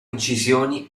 incisioni